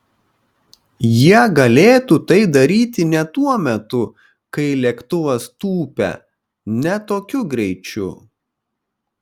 jie galėtų tai daryti ne tuo metu kai lėktuvas tūpia ne tokiu greičiu